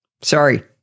Sorry